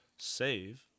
Save